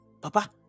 Papa